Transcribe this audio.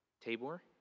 Tabor